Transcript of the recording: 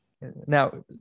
Now